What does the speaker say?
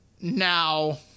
Now